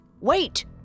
Wait